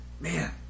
Man